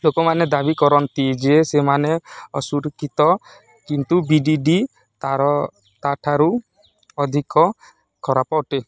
ଲୋକମାନେ ଦାବି କରନ୍ତି ଯେ ସେମାନେ ଅସୁରକ୍ଷିତ କିନ୍ତୁ ବି ଡ଼ି ଡ଼ି ତା'ର ତା'ଠାରୁ ଅଧିକ ଖରାପ ଅଟେ